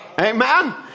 Amen